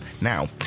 Now